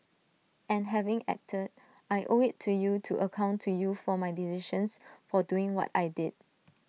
and having acted I owe IT to you to account to you for my decisions for doing what I did